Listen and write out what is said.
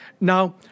now